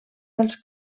dels